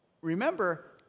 remember